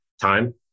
time